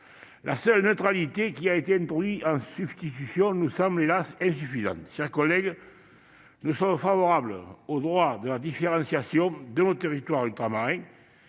de neutralité seule, introduite en guise de substitution, nous semblant insuffisante. Chers collègues, nous sommes favorables au droit à la différenciation de nos territoires ultramarins,